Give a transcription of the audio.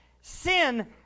Sin